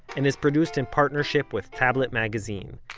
and is produced in partnership with tablet magazine.